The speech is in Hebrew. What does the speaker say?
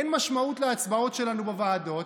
אין משמעות להצבעות שלנו בוועדות,